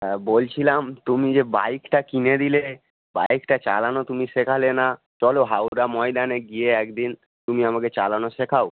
হ্যাঁ বলছিলাম তুমি যে বাইকটা কিনে দিলে বাইকটা চালানো তুমি শেখালে না চলো হাওড়া ময়দানে গিয়ে একদিন তুমি আমাকে চালানো শেখাও